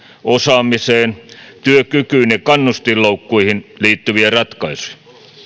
osaamiseen työkykyyn ja kannustinloukkuihin liittyviä ratkaisuja